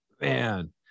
Man